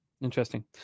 Interesting